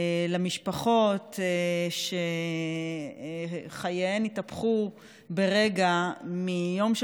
למשפחות שחייהן התהפכו ברגע מיום של